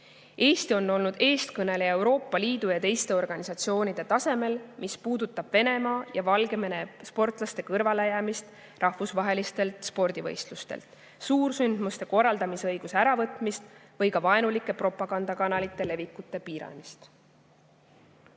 Eesti on olnud eestkõneleja Euroopa Liidu ja teiste organisatsioonide tasemel, mis puudutab Venemaa ja Valgevene sportlaste kõrvalejäämist rahvusvahelistelt spordivõistlustelt, suursündmuste korraldamise õiguse äravõtmist või ka vaenulike propagandakanalite leviku piiramist.